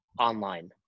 online